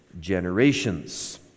generations